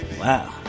Wow